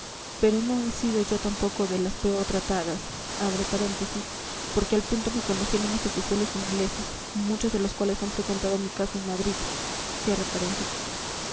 pero no he sido yo tampoco de las peor tratadas porque al punto me conocieron los oficiales ingleses muchos de los cuales han frecuentado mi casa en madrid